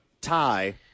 tie